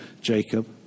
jacob